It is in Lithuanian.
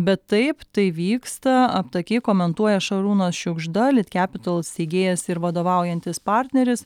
bet taip tai vyksta aptakiai komentuoja šarūnas šiugžda litcapital steigėjas ir vadovaujantis partneris